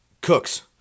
Cooks